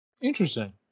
Interesting